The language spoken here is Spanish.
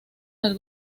del